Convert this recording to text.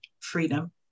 freedom